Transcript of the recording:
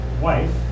wife